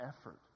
effort